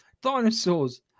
dinosaurs